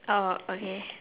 orh okay